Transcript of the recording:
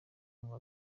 ngo